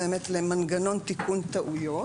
למנגנון תיקון טעויות.